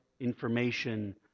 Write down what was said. information